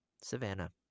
Savannah